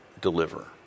deliver